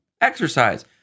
exercise